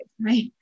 right